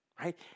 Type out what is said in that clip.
right